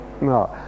no